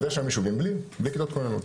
אז יש היום יישובים בלי כיתת כוננות.